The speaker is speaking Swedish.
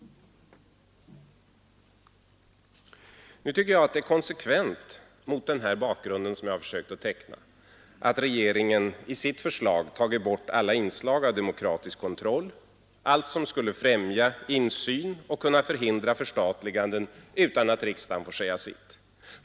Mot den bakgrund som jag här försökt teckna tycker jag det är konsekvent att regeringen i sitt förslag har tagit bort alla inslag av demokratisk kontroll, allt som skulle främja insyn och förhindra förstatliganden utan att riksdagen får säga sitt.